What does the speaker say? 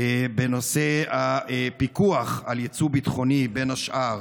בנושא הפיקוח על יצוא ביטחוני, בין השאר